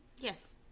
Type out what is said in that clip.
Yes